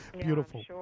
beautiful